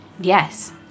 Yes